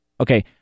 Okay